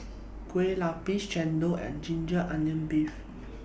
Kueh Lapis Chendol and Ginger Onions Beef